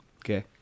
Okay